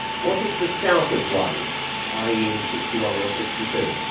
what if the south had won ah yeah in sixty one or sixty two?